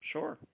Sure